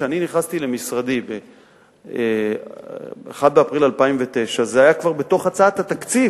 כאשר אני נכנסתי למשרדי ב-1 באפריל 2009 זה היה כבר בתוך הצעת התקציב,